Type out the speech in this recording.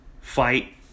fight